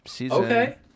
Okay